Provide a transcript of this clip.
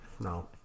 No